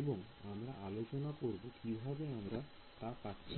এবং আমরা আলোচনা করব কিভাবে আমরা তা পাচ্ছি